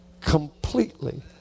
completely